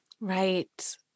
Right